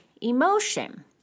emotion